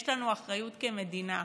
יש לנו אחריות כמדינה.